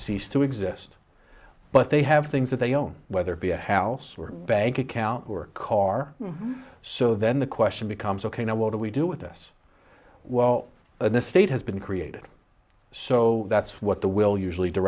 cease to exist but they have things that they own whether it be a house or bank account or car so then the question becomes ok now what do we do with us well this state has been created so that's what the will usually